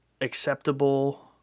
acceptable